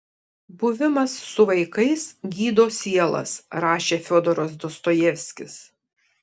buvimas su vaikais gydo sielas rašė fiodoras dostojevskis